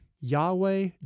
Yahweh